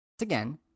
again